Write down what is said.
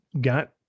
got